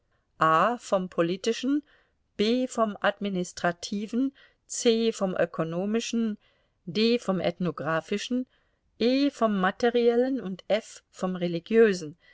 vom politischen b vom administrativen c vom ökonomischen d vom ethnographischen e vom materiellen und f vom religiösen